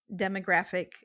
demographic